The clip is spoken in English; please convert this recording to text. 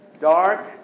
Dark